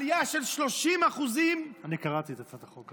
יש עלייה של 30% אני קראתי את הצעת החוק.